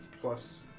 plus